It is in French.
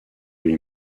lui